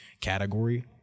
category